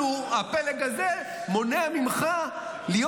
אנחנו, הפלג הזה, מונעים ממך להיות